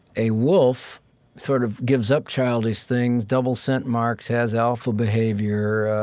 a wolf sort of gives up childish thing, double scent marks, has alpha behavior,